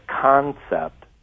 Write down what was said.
concept